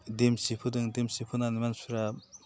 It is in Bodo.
देमसि फोदों देमसि फोनानै मानसिफ्रा